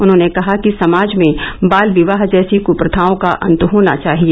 उन्होंने कहा कि समाज में बाल विवाह जैसी कप्रथाओं का अंत होना चाहिए